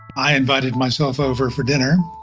i invited myself over for dinner.